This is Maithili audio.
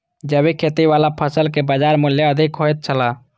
जैविक खेती वाला फसल के बाजार मूल्य अधिक होयत छला